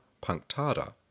punctata